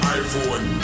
iPhone